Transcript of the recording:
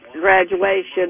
graduation